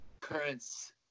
currents